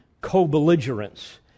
co-belligerents